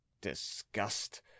disgust